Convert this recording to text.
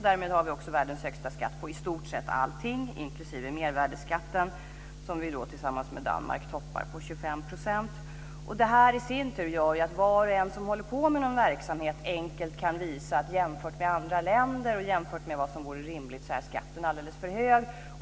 Därmed har vi också världens högsta skatt på i stort sett allting, inklusive mervärdesskatten - tillsammans med Danmark toppar vi med 25 %. Det här gör i sin tur att var och en som håller på med någon verksamhet enkelt kan visa att skatten, jämfört med hur den är i andra länder och jämfört med vad som vore rimligt, är alldeles för hög.